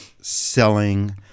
selling